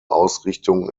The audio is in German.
ausrichtung